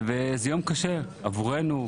וזה יום קשה עבורנו,